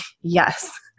yes